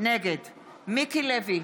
נגד מיקי לוי,